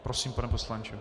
Prosím, pane poslanče.